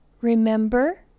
remember